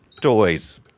toys